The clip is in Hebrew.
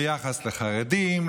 ביחס לחרדים,